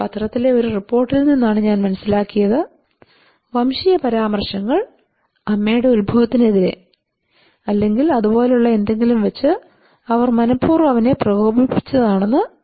പത്രത്തിലെ ഒരു റിപ്പോർട്ടിൽ നിന്നാണ് ഞാൻ മനസ്സിലാക്കിയത് വംശീയ പരാമർശങ്ങൾ അമ്മയുടെ ഉത്ഭവത്തിനെതിരേ അല്ലെങ്കിൽ അതുപോലെയുള്ള എന്തെങ്കിലും വെച്ച് അവർ മനപൂർവ്വം അവനെ പ്രകോപിപ്പിച്ചതാണെന്നു